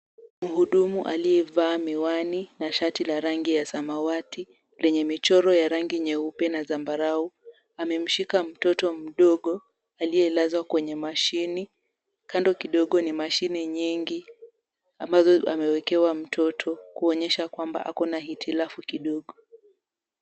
Mhudumu aliyevaa miwani na shati la rangi ya samawati lenye michoro ya rangi nyeupe na zambarau. Amemshika mtoto mdogo aliyelazwa kwenye mashini. Kando kidogo ni mashini nyingi ambazo amewekewa mtoto kuonyesha kwamba ako na hitilafu kidogo.